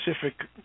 specific